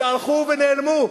שהלכו ונעלמו.